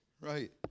Right